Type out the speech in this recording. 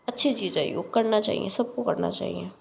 अच्छी चीज़ है योग करना चाहिए सबको करना चाहिए